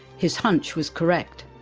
his hunch was correct.